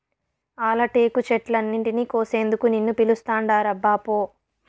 ఆల టేకు చెట్లన్నింటినీ కోసేందుకు నిన్ను పిలుస్తాండారబ్బా పో